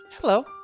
hello